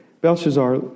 Belshazzar